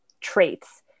traits